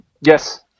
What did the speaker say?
Yes